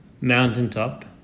mountaintop